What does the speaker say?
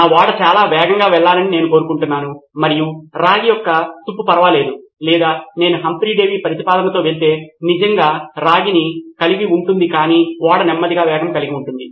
నా ఓడ చాలా వేగంగా వెళ్లాలని నేను కోరుకుంటున్నాను మరియు రాగి యొక్క తుప్పు ఫర్వాలేదు లేదా నేను హంఫ్రీ డేవి పరిష్కారముతో వెళ్తే నిజంగా రాగిని కలిగి ఉంటుంది కాని ఓడ నెమ్మది వేగం కలిగి ఉంటుంది